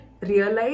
realize